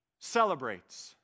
celebrates